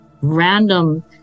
random